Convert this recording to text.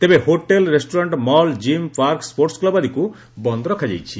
ତେବେ ହୋଟେଲ୍ ରେଷୁରାଣ୍କ୍ mall gym park sports club ଆଦିକୁ ବନ୍ଦ୍ ରଖାଯାଇଛି